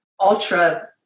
ultra